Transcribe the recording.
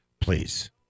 Please